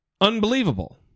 Unbelievable